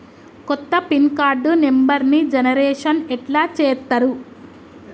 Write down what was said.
కొత్త pin card నెంబర్ని generation ఎట్లా చేత్తరు?